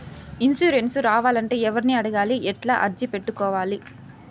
Insurance రావాలంటే ఎవర్ని అడగాలి? ఎట్లా అర్జీ పెట్టుకోవాలి?